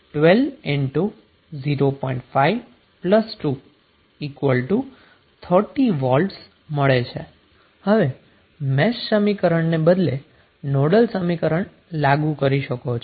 5 2 30V હવે mesh સમીકરણ ને બદલે નોડલ સમીકરણ લાગુ કરી શકો છો